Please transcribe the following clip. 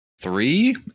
three